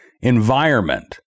environment